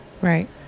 right